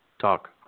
Talk